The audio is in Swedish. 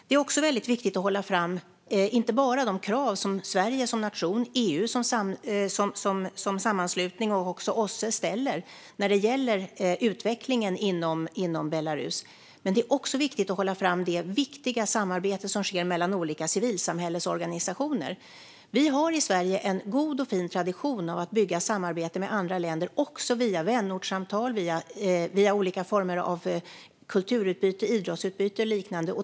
Det är viktigt att hålla fram inte bara de krav som Sverige som nation, EU som sammanslutning och även OSSE ställer när det gäller utvecklingen i Belarus. Det är också viktigt att hålla fram det viktiga samarbete som sker mellan olika civilsamhällesorganisationer. Vi har i Sverige en god och fin tradition av att bygga samarbete med andra länder också via vänortsavtal, olika former av kultur och idrottsutbyte och liknande.